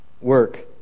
work